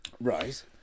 Right